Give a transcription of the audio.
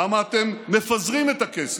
למה אתם מפזרים את הכסף?